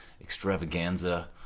extravaganza